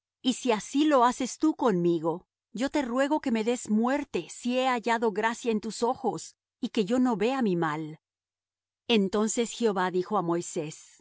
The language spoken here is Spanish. y si así lo haces tú conmigo yo te ruego que me des muerte si he hallado gracia en tus ojos y que yo no vea mi mal entonces jehová dijo á moisés